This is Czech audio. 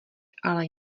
ale